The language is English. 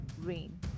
rain